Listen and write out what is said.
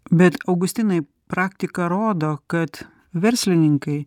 bet augustinai praktika rodo kad verslininkai